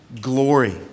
glory